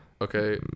Okay